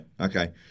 okay